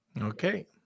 Okay